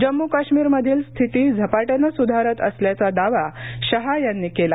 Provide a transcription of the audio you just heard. जम्म् काश्मीरमधील स्थिती झपाट्यानं सुधारत असल्याचा दावा शहा यांनी केला